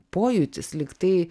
pojūtis lygtai